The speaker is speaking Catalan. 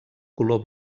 color